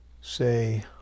say